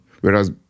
Whereas